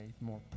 more